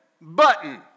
button